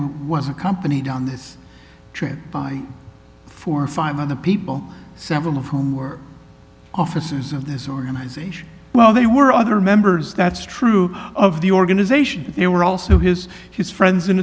was accompanied on this trip by four or five other people several of whom were offices of this organization well they were other members that's true of the organization they were also his his friends and